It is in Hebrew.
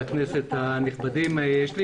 חברי הכנסת, יש לי